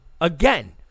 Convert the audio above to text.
again